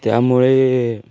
त्यामुळे